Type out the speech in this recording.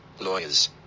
lawyers